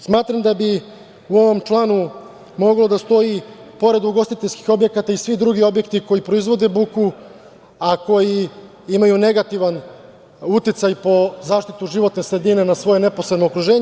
Smatram da bi u ovom članu moglo da stoji pored ugostiteljskih objekata i svi drugi objekti koji proizvode buku, a koji imaju negativan uticaj po zaštitu životne sredine na svoje neposredno okruženje.